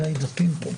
בחדר: